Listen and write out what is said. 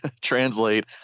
Translate